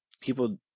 people